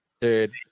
Dude